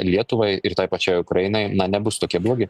lietuvai ir tai pačiai ukrainai na nebus tokie blogi